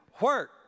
work